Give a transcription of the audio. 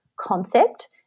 concept